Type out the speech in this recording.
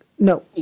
No